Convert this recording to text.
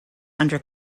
under